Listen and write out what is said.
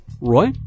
Roy